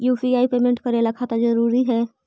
UPI payment करे ला खाता जरूरी है?